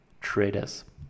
traders